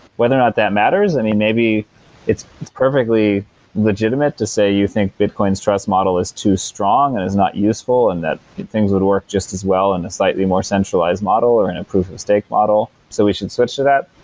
whether or not that matters, i mean maybe it's perfectly legitimate to say you think bitcoin's trust model is too strong and is not useful and that things would work just as well on a slightly more centralized model or in a proof of stake model, so we should switch to that.